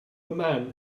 man